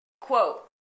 Quote